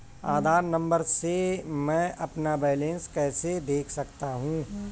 आधार number से मैं अपना बैलेंस कैसे देख सकता हूँ?